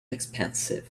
expensive